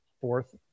fourth